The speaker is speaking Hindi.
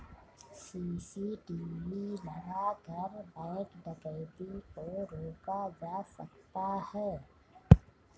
सी.सी.टी.वी लगाकर बैंक डकैती को रोका जा सकता है